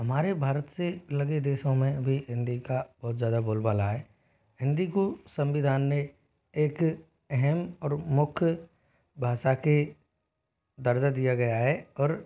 हमारे भारत से लगे देशों में भी हिंदी का बहुत ज़्यादा बोलबाला है हिंदी को संविधान ने एक अहम और मुख्य भाषा का दर्जा दिया गया है और